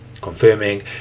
confirming